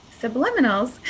subliminals